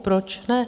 Proč ne?